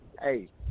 hey